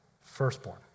firstborn